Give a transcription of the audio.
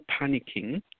panicking